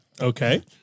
Okay